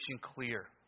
clear